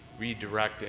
redirecting